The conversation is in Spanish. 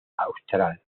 austral